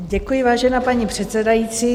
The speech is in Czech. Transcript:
Děkuji, vážená paní předsedající.